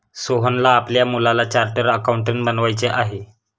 सोहनला आपल्या मुलाला चार्टर्ड अकाउंटंट बनवायचे आहे